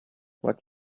what